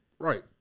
Right